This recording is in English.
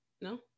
No